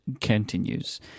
continues